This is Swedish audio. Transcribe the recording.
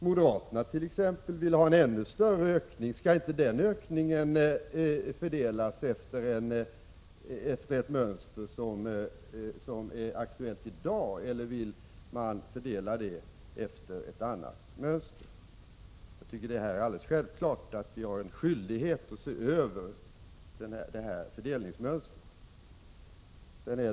Moderaterna t.ex. vill ha en ännu större ökning. Skall inte den ökningen fördelas efter ett mönster som är aktuellt i dag, eller vill moderaterna fördela på annat sätt? Det är självklart att vi har en skyldighet att se över fördelningsmönstret. Fru talman!